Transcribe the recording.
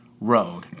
road